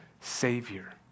savior